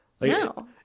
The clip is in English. No